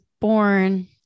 born